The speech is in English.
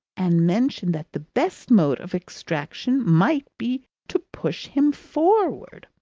and mentioned that the best mode of extrication might be to push him forward.